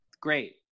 Great